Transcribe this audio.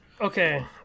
Okay